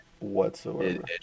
Whatsoever